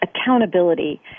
accountability